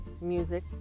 music